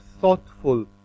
thoughtful